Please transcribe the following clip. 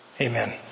Amen